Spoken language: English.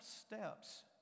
steps